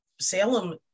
Salem